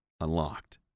unlocked